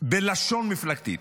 בלשון מפלגתית.